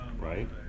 right